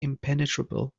impenetrable